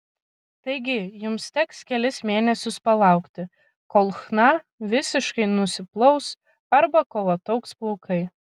taigi jums teks kelis mėnesius palaukti kol chna visiškai nusiplaus arba kol ataugs plaukai